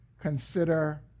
consider